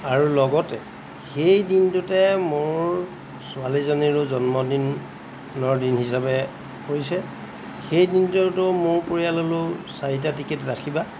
আৰু লগতে সেই দিনটোতে মোৰ ছোৱালীজনীৰো জন্মদিনৰ দিন হিচাপে পৰিছে সেই দিনটোতো মোৰ পৰিয়াললৈও চাৰিটা টিকেট ৰাখিবা